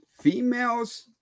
females